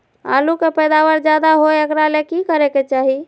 आलु के पैदावार ज्यादा होय एकरा ले की करे के चाही?